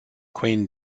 queen